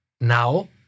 Now